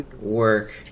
work